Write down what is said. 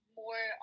more